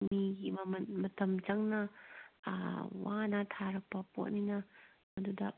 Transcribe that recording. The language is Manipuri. ꯃꯤꯒꯤ ꯃꯇꯝ ꯆꯪꯅ ꯋꯥꯅ ꯊꯥꯔꯛꯄ ꯄꯣꯠꯅꯤꯅ ꯑꯗꯨꯗ